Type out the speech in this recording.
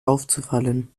aufzufallen